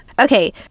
Okay